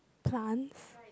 plants